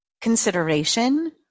consideration